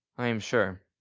i am sure,